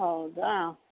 ಹೌದಾ